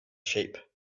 sheep